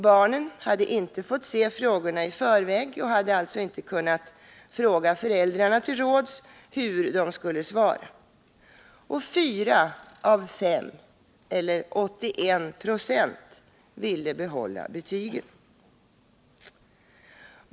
Barnen hade inte fått se frågorna i förväg och hade alltså inte kunnat fråga föräldrarna till råds hur de skulle svara. Fyra av fem eller 81 96 ville behålla betygen.